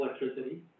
electricity